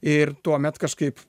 ir tuomet kažkaip